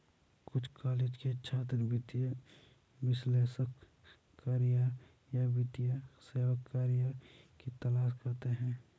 कुछ कॉलेज के छात्र वित्तीय विश्लेषक करियर या वित्तीय सेवा करियर की तलाश करते है